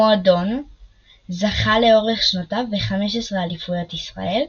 המועדון זכה לאורך שנותיו ב-15 אליפויות ישראל,